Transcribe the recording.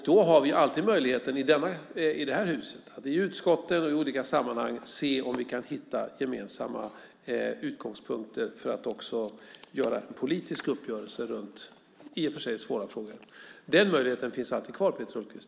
Då har vi alltid möjligheten i det här huset att i utskotten och olika sammanhang se om vi kan hitta gemensamma utgångspunkter för att göra en politisk uppgörelse runt i och för sig svåra frågor. Den möjligheten finns alltid kvar, Peter Hultqvist.